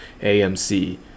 amc